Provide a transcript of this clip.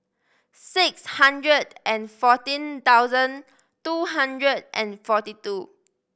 six hundred and fourteen thousand two hundred and forty two